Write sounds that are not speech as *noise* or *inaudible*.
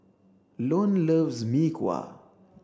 *unintelligible* loves Mee Kuah